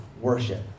worship